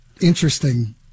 interesting